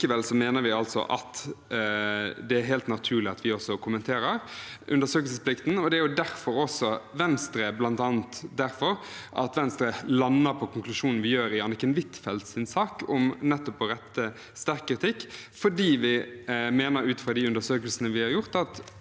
Likevel mener vi det er helt naturlig at vi også kommenterer undersøkelsesplikten. Det er bl.a. også derfor Venstre lander på den konklusjonen vi gjør i Anniken Huitfeldts sak, om nettopp å rette sterk kritikk, fordi vi ut fra de undersøkelsene vi har gjort,